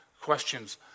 questions